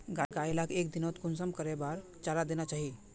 गाय लाक एक दिनोत कुंसम करे बार चारा देना चही?